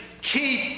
keep